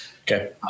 Okay